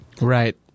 Right